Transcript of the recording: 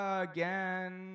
again